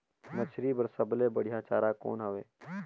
मछरी बर सबले बढ़िया चारा कौन हवय?